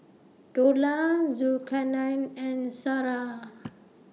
Dollah Zulkarnain and Sarah